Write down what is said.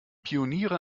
pioniere